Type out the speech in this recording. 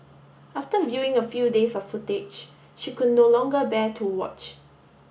after viewing a few days of footage she could no longer bear to watch